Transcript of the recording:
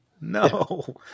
No